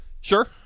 Sure